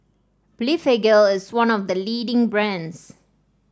Blephagel is one of the leading brands